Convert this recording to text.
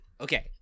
okay